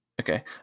Okay